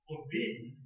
Forbidden